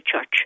church